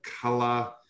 color